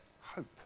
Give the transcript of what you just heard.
hope